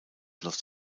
los